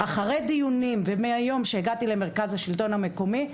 אחרי דיונים ומהיום שהגעתי למרכז השלטון המקומי,